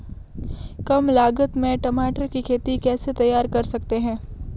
कम लागत में टमाटर की खेती कैसे तैयार कर सकते हैं?